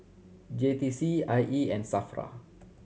J T C I E and SAFRA